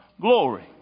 glory